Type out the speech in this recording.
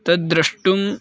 तद्द्रष्टुं